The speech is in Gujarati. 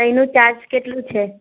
એનું ચાર્જ કેટલું છે